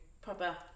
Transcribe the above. proper